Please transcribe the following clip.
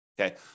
Okay